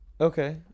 Okay